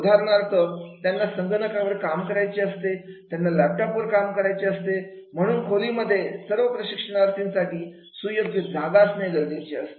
उदाहरणार्थ त्यांना संगणकावर काम करायचे असते त्यांना लॅपटॉप वर काम करायचे आहे म्हणून खोलीमध्ये सर्व प्रशिक्षणार्थींसाठी सुयोग्य जागा असणे गरजेचे असते